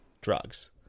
drugs